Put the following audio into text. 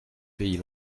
pays